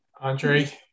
Andre